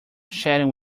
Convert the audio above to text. chatting